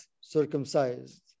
circumcised